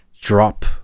drop